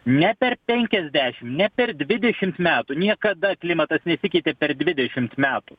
ne per penkiasdešim ne per dvidešims metų niekada klimatas nesikeitė per dvidešimt metų